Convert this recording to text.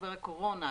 ממשבר הקורונה,